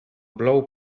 plou